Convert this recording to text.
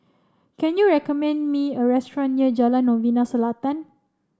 can you recommend me a restaurant near Jalan Novena Selatan